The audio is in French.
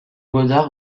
godard